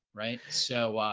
right so ah,